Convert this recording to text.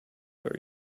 are